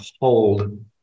hold